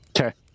Okay